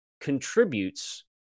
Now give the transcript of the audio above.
contributes